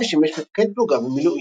ושימש מפקד פלוגה במילואים.